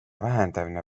vähendamine